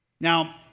Now